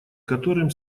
которым